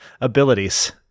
abilities